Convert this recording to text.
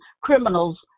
criminals